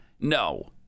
No